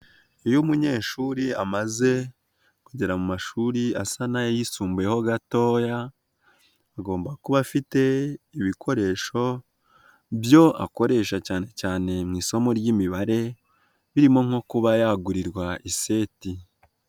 Iyo umunyeshuri amaze kugera mu mashuri asa n'ayisumbuyeho gatoya, agomba kuba afite ibikoresho byo akoresha cyane cyane mu isomo ry'imibare birimo nko kuba yagurirwa iseti.